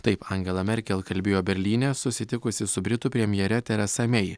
taip angela merkel kalbėjo berlyne susitikusi su britų premjere teresa mei